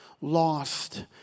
lost